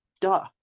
duh